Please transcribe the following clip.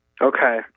Okay